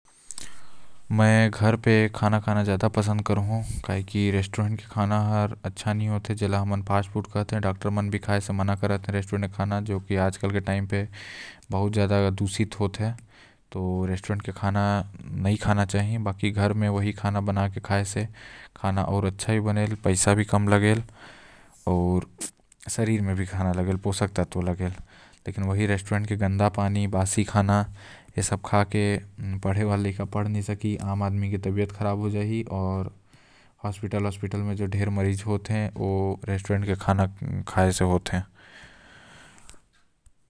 मै ह घर पे खाना खाए ल बहुत पसंद करु काबर के घर के सदा खाना सेहत के भी अच्छा लगेल आऊ साथ ही पैसा के भी बचत हो जाहि। काबर की बाहर के खाना ज्यादा तेल मसाला के रहल आऊ ओकर से अच्छा है कि कम तेल मसाला वाला खाना खाएल जाए।